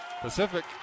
Pacific